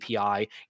API